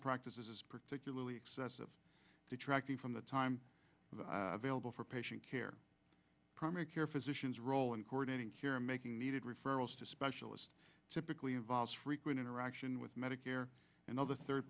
practices is particularly excessive detracting from the time available for patient care primary care physicians role in coordinating here making needed referrals to specialist typically involves frequent interaction with medicare and other third